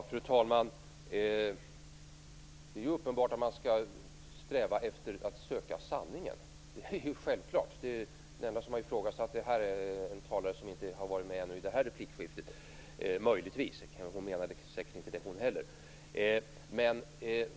Fru talman! Det är uppenbart att man skall sträva efter att söka sanningen. Den enda som möjligtvis har ifrågasatt det är en talare som inte har deltagit i det här replikskiftet. Inte heller hon menade säkerligen så.